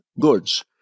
goods